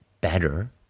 better